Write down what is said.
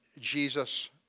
Jesus